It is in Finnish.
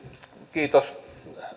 kiitos